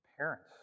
parents